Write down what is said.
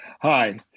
Hi